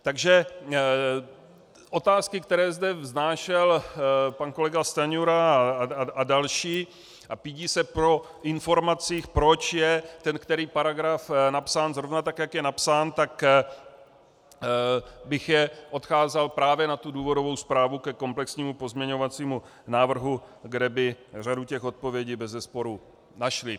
Takže otázky, které zde vznášel pan kolega Stanjura a další, a pídí se po informacích, proč je ten který paragraf napsán zrovna tak, jak je napsán, tak bych je odkázal právě na důvodovou zprávu ke komplexnímu pozměňovacímu návrhu, kde by řadu odpovědí bezesporu našli.